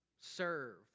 serve